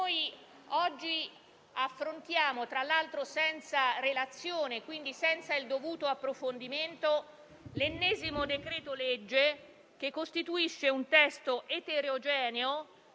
senatori, affrontiamo oggi, tra l'altro senza relazione e quindi senza il dovuto approfondimento, l'ennesimo decreto-legge contenente un testo eterogeneo